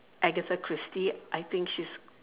agatha christie I think she is